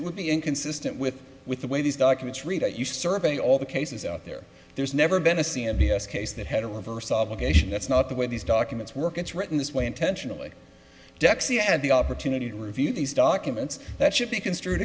it would be inconsistent with with the way these documents read it you survey all the cases out there there's never been a c and b s case that had a reverse obligation that's not the way these documents work it's written this way intentionally dexia had the opportunity to review these documents that should be construed